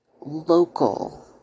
Local